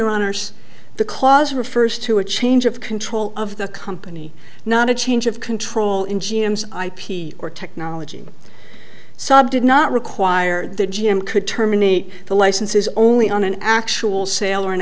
your honour's the clause refers to a change of control of the company not a change of control in g m s ip or technology sub did not require that g m could terminate the licenses only on an actual sale or an